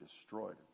destroyed